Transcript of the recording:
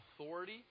authority